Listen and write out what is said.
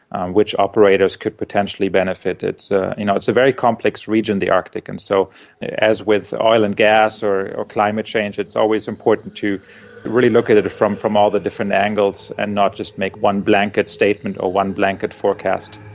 which operators could potentially benefit. it's ah you know it's a very complex region, the arctic, and so as with oil and gas or or climate change, it's always important to really look at it from from all the different angles and not just make one blanket statement or one blanket forecast.